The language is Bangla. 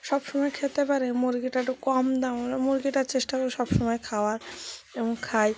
সবসময় খেতে পারি মুরগিটা একটু কম দাম আমরা মুরগিটা চেষ্টা করি সবসময় খাওয়ার এবং খাই